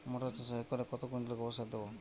মটর চাষে একরে কত কুইন্টাল গোবরসার দেবো?